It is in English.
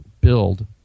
build